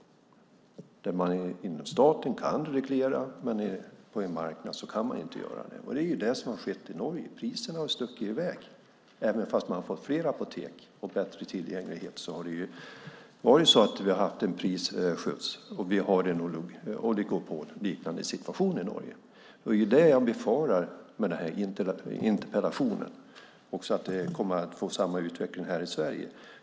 Staten kan reglera, men på en marknad kan man inte göra det. Det är vad som har skett i Norge. Priserna har stuckit iväg. Fastän man har fått fler apotek och bättre tillgänglighet har vi haft en prisskjuts, och vi har en oligopolliknande situation i Norge. Jag befarar att vi kommer att få samma utveckling här i Sverige.